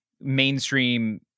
mainstream